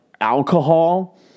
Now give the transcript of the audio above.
alcohol